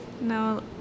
No